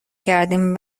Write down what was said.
کردیم